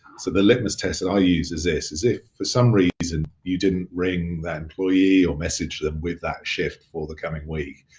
so the litmus test that i use is this is if for some reason you didn't ring the employee or message them with that shift for the coming week,